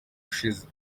ushize